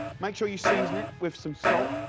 make sure you season it with some salt.